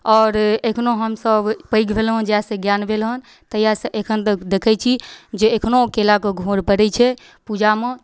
आओर एखनो हमसब पैघ भेलहुँ जहिआसँ ज्ञान भेल हँ तहिआसँ एखन तक देखै छी जे एखनो केलाके घौर पड़ै छै पूजामे